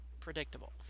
predictable